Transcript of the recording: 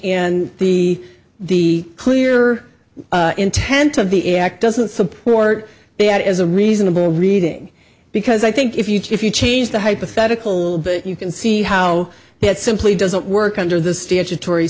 and the the clear intent of the act doesn't support that as a reasonable reading because i think if you change the hypothetical bit you can see how it simply doesn't work under the statutory